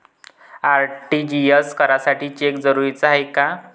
RTGS करासाठी cheque जरुरीचा हाय काय?